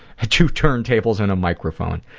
ah two turn tables, and a microphone.